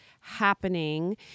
happening